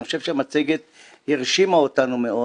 אני חושב שהמצגת הרשימה אותנו מאוד